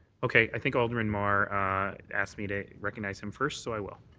okay. i think alderman mar asked me to recognize him first so i will.